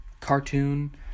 cartoon